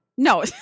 No